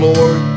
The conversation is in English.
Lord